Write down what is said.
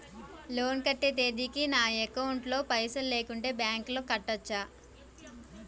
Loan కట్టే తేదీకి నా అకౌంట్ లో పైసలు లేకుంటే బ్యాంకులో కట్టచ్చా?